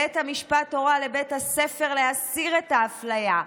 בית המשפט הורה לבית הספר להסיר את האפליה.